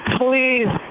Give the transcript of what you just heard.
please